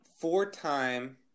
four-time